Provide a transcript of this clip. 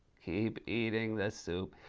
keep eating the soup.